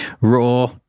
raw